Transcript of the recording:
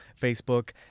Facebook